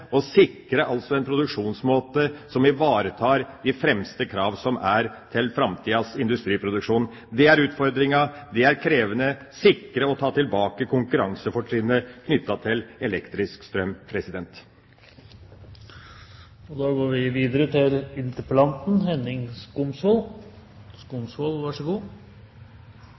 og sikre en produksjonsmåte som ivaretar de fremste krav til framtidas industriproduksjon. Det er utfordringa, og det er krevende: å sikre og ta tilbake konkurransefortrinnet knyttet til elektrisk strøm. Jeg må takke for en god debatt med mange gode innlegg, og